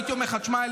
הייתי אומר לך: תשמע,